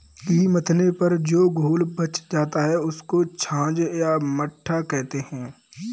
घी मथने पर जो घोल बच जाता है, उसको छाछ या मट्ठा कहते हैं